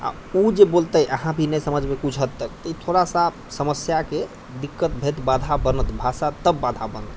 आ ओ जे बोलतै अहाँ भी नहि समझबै कुछ हदतक ई थोड़ासँ समस्याके दिक्कत बनत भाषा तब बाधा बनत